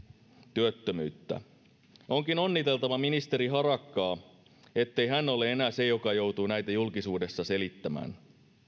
työttömyyttä onkin onniteltava ministeri harakkaa ettei hän ole enää se joka joutuu näitä julkisuudessa selittämään